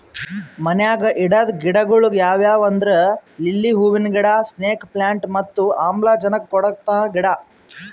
ಮನ್ಯಾಗ್ ಇಡದ್ ಗಿಡಗೊಳ್ ಯಾವ್ಯಾವ್ ಅಂದ್ರ ಲಿಲ್ಲಿ ಹೂವಿನ ಗಿಡ, ಸ್ನೇಕ್ ಪ್ಲಾಂಟ್ ಮತ್ತ್ ಆಮ್ಲಜನಕ್ ಕೊಡಂತ ಗಿಡ